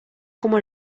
como